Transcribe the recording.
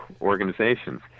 organizations